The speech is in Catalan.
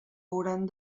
hauran